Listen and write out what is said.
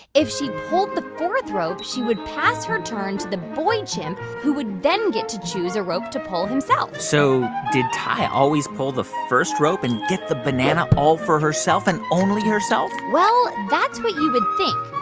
if she pulled the fourth rope, she would pass her turn to the boy chimp, who would then get to choose a rope to pull himself so did tai always pull the first rope and get the banana all for herself and only herself? well, that's what you would think.